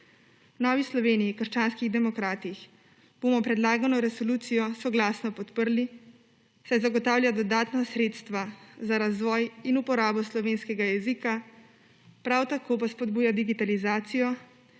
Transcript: V Novi Sloveniji – krščanski demokrati bomo predlagano resolucijo soglasno podprli, saj zagotavlja dodatna sredstva za razvoj in uporabo slovenskega jezika, prav tako pa spodbuja digitalizacijo